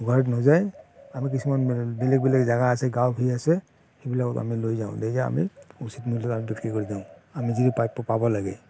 গুৱাহাটীত নেযায় আমি কিছুমান বেলেগ বেলেগ জেগা আছে গাঁও ভূঁই আছে সেইবিলাকত আমি লৈ যাওঁ লৈ যাই আমি উচিত মূল্যত আমি বিক্ৰী কৰি দিওঁ আমি যি প্ৰাপ্য পাব লাগে